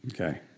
Okay